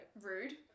rude